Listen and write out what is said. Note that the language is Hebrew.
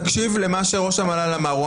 תקשיב למה שראש המל"ל אמר,